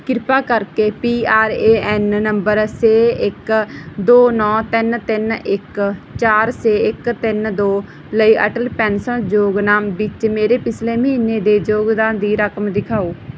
ਕਿਰਪਾ ਕਰਕੇ P R A N ਨੰਬਰ ਛੇ ਇੱਕ ਦੋ ਨੌਂ ਤਿੰਨ ਤਿੰਨ ਇੱਕ ਚਾਰ ਛੇ ਇੱਕ ਤਿੰਨ ਦੋ ਲਈ ਅਟਲ ਪੈਨਸ਼ਨ ਯੋਜਨਾ ਵਿੱਚ ਮੇਰੇ ਪਿਛਲੇ ਮਹੀਨੇ ਦੇ ਯੋਗਦਾਨ ਦੀ ਰਕਮ ਦਿਖਾਓ